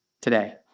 today